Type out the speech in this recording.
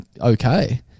okay